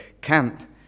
camp